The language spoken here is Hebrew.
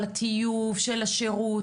על הטיוב של השירות,